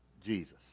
Jesus